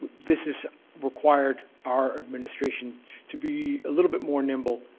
this is required our administration to be a little bit more nimble.